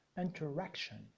interaction